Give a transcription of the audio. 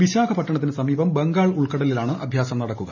വിശാഖ പട്ടണത്തിനു സമീപം ബംഗാൾ ഉൾക്കടലിലാണ് അഭ്യാസം നടക്കുക